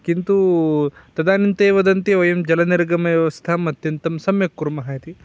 किन्तु तदानीं ते वदन्ति जलनिर्गमव्यवस्थाम् अत्यन्तं सम्यक् कुर्मः इति